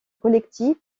collectif